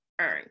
earn